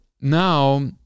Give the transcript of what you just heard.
now